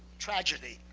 tragedy,